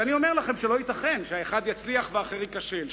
ואני אומר לכם שלא ייתכן שהאחד יצליח והאחר ייכשל,